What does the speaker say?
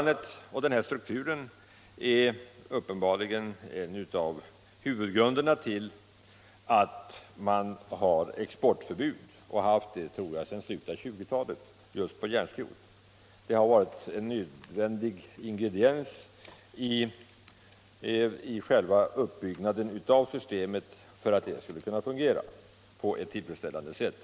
Denna struktur är uppenbarligen en av huvudgrunderna till att det råder exportförbud, sedan slutet av 1920-talet, just på järnskrot. Det har varit en nödvändig del i själva uppbyggnaden av systemet för att det skulle kunna fungera på ett tillfredsställande sätt.